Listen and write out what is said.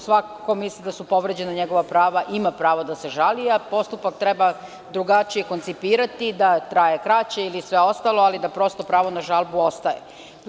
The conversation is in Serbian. Svako ko misli da su povređena njegova prava, ima pravo da se žali, a postupak treba drugačije koncipirati, da traje kraće i sve ostalo, ali da pravo na žalbu ostane.